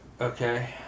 Okay